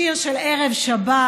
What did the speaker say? שיר של ערב שבת.